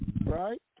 right